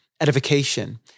edification